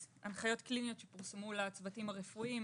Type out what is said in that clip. יש הנחיות קליניות שפורסמו לצוותים הרפואיים,